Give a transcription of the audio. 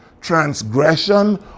transgression